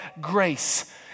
grace